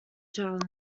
challenge